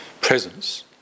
presence